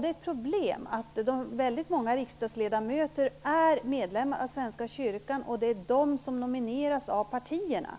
Det är ett problem att väldigt många riksdagsledamöter är medlemmar av Svenska kyrkan, och det är de som nomineras av partierna